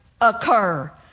occur